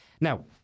Now